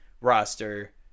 roster